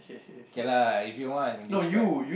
K lah if you want describe